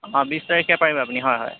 আমাৰ বিশ তাৰিখে পাৰিব আপুনি হয় হয়